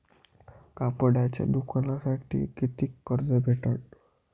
कापडाच्या दुकानासाठी कितीक कर्ज भेटन?